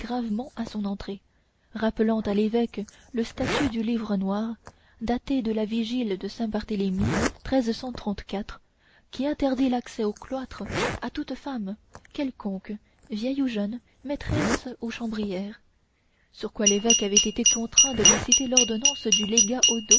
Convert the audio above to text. à son entrée rappelant à l'évêque le statut du livre noir daté de la vigile saint-barthélemy qui interdit l'accès du cloître à toute femme quelconque vieille ou jeune maîtresse ou chambrière sur quoi l'évêque avait été contraint de lui citer l'ordonnance du légat